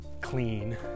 clean